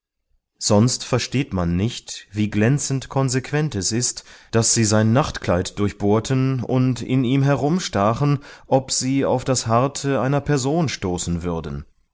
sonst versteht man nicht wie glänzend konsequent es ist daß sie sein nachtkleid durchbohrten und in ihm herumstachen ob sie auf das harte einer person stoßen würden